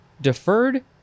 deferred